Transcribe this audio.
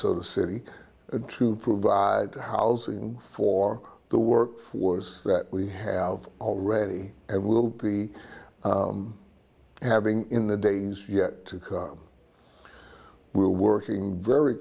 of the city to provide housing for the workforce that we have already and will be having in the days yet to come we are working very